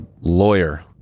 lawyer